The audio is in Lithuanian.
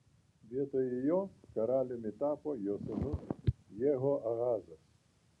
vietoj jo karaliumi tapo jo sūnus jehoahazas